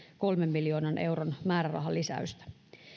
kolmen miljoonan euron määrärahalisäystä